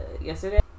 yesterday